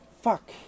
Fuck